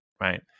right